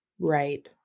Right